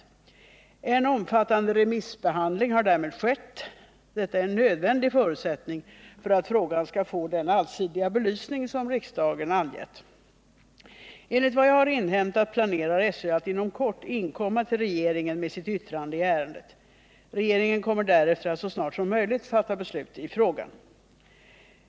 En omfattande remissbehandling har därmed skett. Det är en nödvändig förutsättning för att frågan skall få den allsidiga belysning som riksdagen angett. Enligt vad jag har nämnt planerar SÖ att inom kort inkomma till regeringen med sitt yttrande i ärendet. Regeringen kommer därefter så snart som möjligt att fatta beslut i frågan.